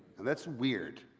and that's weird.